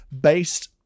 based